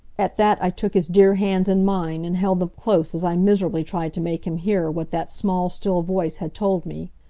at that i took his dear hands in mine and held them close as i miserably tried to make him hear what that small, still voice had told me.